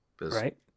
Right